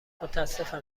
متاسفم